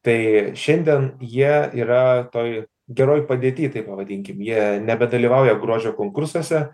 tai šiandien jie yra toj geroj padėty taip pavadinkim jie nebedalyvauja grožio konkursuose